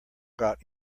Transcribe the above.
got